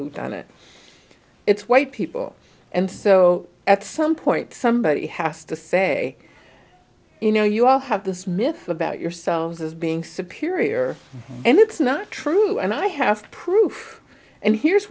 who've done it it's white people and so at some point somebody has to say you know you all have this myth about yourselves as being superior and it's not true and i have proof and here's